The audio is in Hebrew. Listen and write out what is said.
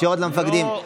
ישירות למפקדים.